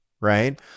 right